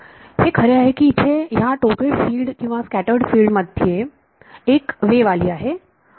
हे खरे आहे की इथे ह्या टोटल फिल्ड किंवा स्कॅटर्ड फिल्ड मध्ये एक वेव्ह आलेली आहे